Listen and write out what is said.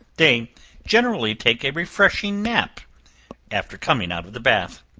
they generally take a refreshing nap after coming out of the bath.